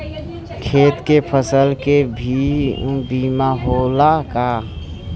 खेत के फसल के भी बीमा होला का?